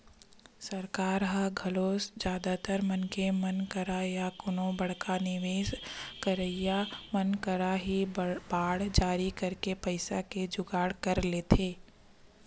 सरकार ह घलो जादातर मनखे मन करा या कोनो बड़का निवेस करइया मन करा ही बांड जारी करके पइसा के जुगाड़ कर लेथे